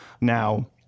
now